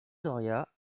doria